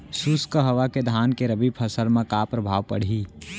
शुष्क हवा के धान के रबि फसल मा का प्रभाव पड़ही?